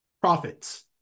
profits